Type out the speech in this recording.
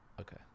Okay